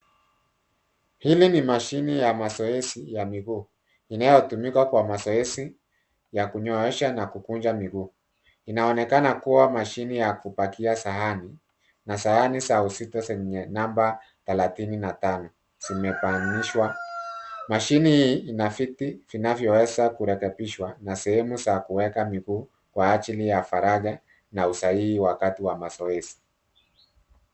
Hili ni mashine ya mazoezi ya mikuu inayotumika kwa mazoezi ya kunyosha na kukunja mikuu, inaonekana kuwa mashine ya kupakia sahani na sahani za uzito zenye namba telatini na tano zimepangishwa, mashine hii ina viti vivyo weza kurekepishwa na sehemu ya kuweka mikuu kwa ajili ya faraka na usahihi wakati wa mazoezi